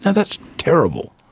that's terrible.